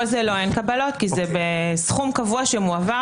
פה זה בלי קבלות כי זה סכום קבוע שמועבר